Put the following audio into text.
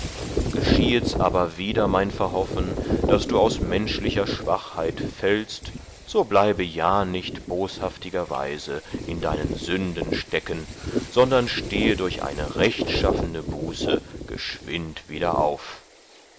geschiehets aber wider mein verhoffen daß du aus menschlicher schwachheit fällst so bleibe ja nicht boshaftigerweise in deinen sünden stecken sondern stehe durch eine rechtschaffene buße geschwind wieder auf